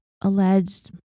alleged